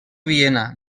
viena